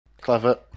Clever